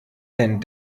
denn